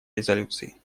резолюции